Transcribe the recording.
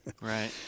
Right